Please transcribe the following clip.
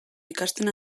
ikasten